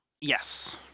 Yes